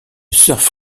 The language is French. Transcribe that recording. surf